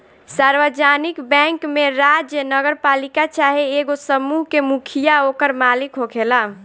सार्वजानिक बैंक में राज्य, नगरपालिका चाहे एगो समूह के मुखिया ओकर मालिक होखेला